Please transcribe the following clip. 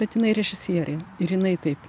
bet jinai režisierė ir jinai taip